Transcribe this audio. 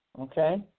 okay